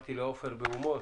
אמרתי לעופר בהומור